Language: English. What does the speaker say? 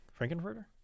Frankenfurter